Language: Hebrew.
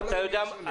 אתה יודע ,